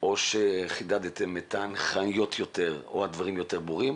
או חידדתם את ההנחיות או הדברים יותר ברורים